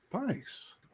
Nice